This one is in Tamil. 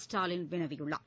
ஸ்டாலின் வினவியுள்ளார்